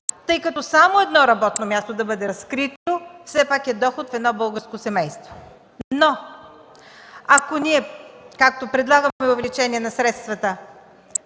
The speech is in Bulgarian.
тъй като само едно работно място да бъде разкрито, все пак е доход в едно българско семейство. Към предлаганото увеличение на средствата,